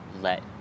let